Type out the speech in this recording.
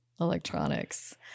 electronics